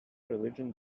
religion